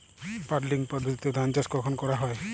Puddling পদ্ধতিতে ধান চাষ কখন করা হয়?